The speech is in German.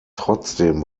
trotzdem